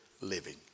living